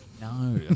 No